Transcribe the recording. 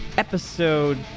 Episode